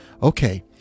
Okay